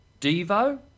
Devo